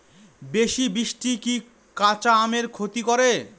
বেশি বৃষ্টি কি কাঁচা আমের ক্ষতি করে?